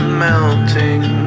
melting